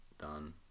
done